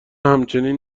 همچنین